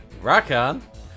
Rakan